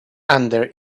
under